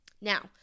Now